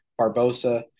Barbosa